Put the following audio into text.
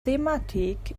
thematic